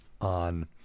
on